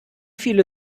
viele